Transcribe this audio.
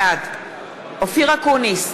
בעד אופיר אקוניס,